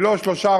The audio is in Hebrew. ולא אחרי שלושה,